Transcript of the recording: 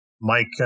Mike